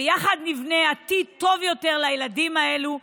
ביחד נבנה עתיד טוב יותר לילדים האלה,